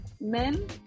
men